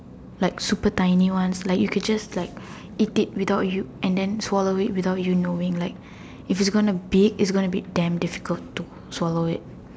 like super tiny ones like you can just like eat it without you and then swallow without you knowing like if you are going to big it's going to be damn difficult to swallow it